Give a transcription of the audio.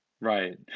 Right